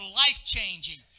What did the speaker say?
life-changing